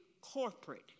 corporate